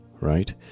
right